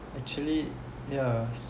actually ya